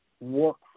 work